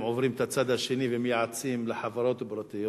הם עוברים לצד השני ומייעצים לחברות פרטיות.